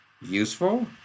Useful